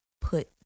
put